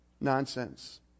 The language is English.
Nonsense